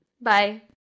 Bye